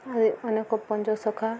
ଆଜି ଅନେକ ପଞ୍ଚସଖା